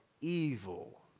evil